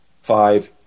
five